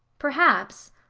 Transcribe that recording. perhaps.